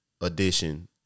Edition